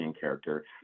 character